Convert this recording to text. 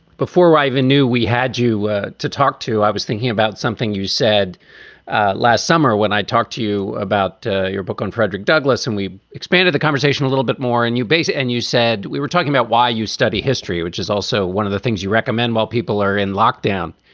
before i even knew we had you to talk to, i was thinking about something you said last summer when i talked to you about your book on frederick douglass. and we expanded the conversation a little bit more. and you base it and you said we were talking about why you study history, which is also one of the things you recommend while people are in lockdown.